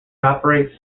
operates